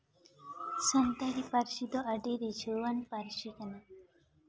ᱥᱟᱱᱛᱟᱲᱤ ᱯᱟᱹᱨᱥᱤ ᱫᱚ ᱟᱹᱰᱤ ᱨᱤᱡᱷᱟᱹᱣᱟᱱ ᱯᱟᱹᱨᱥᱤ ᱠᱟᱱᱟ